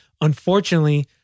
Unfortunately